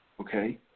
okay